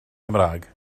cymraeg